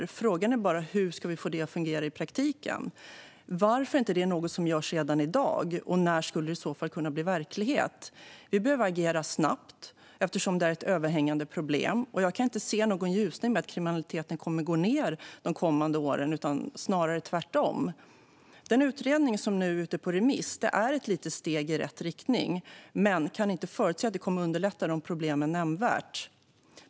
Det man kan fråga sig är hur vi ska få det att fungera i praktiken, varför det inte görs redan i dag och när det i så fall skulle kunna bli verklighet. Vi behöver agera snabbt, eftersom det är ett överhängande problem. Jag kan inte se någon ljusning i form av en nedgång i kriminaliteten de kommande åren, snarare tvärtom. Den utredning som nu är ute på remiss är ett litet steg i rätt riktning, men jag kan inte se att det kommer att underlätta problemen nämnvärt.